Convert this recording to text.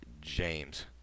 James